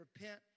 repent